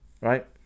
right